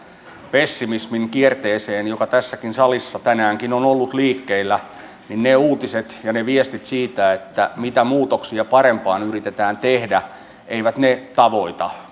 pessimismin kierteeseen joka tässäkin salissa tänäänkin on ollut liikkeellä ne uutiset ja viestit siitä mitä muutoksia parempaan yritetään tehdä eivät tavoita